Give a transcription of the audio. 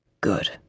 Good